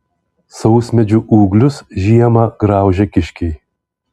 sausmedžių ūglius žiemą graužia kiškiai